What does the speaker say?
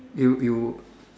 you you